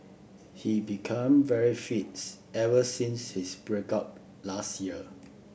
he become very fits ever since his break up last year